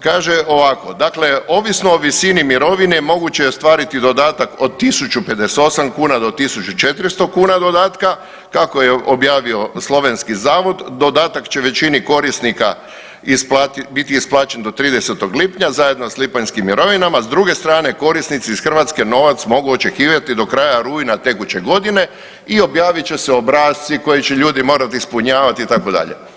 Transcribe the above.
kaže ovako, dakle ovisno o visini mirovine moguće je ostvariti dodatak od 1.058 kuna do 1.400 kuna dodatka kako je objavio slovenski zavod, dodatak će većini korisnika biti isplaćen do 30. lipnja zajedno s lipanjskim mirovinama, a s druge strane korisnici iz Hrvatske novac mogu očekivati do kraja rujna tekuće godine i objavit će se obrasci koje će ljudi morat ispunjavati itd.